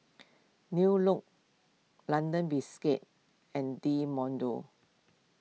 New Look London Biscuits and Del Monte